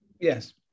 Yes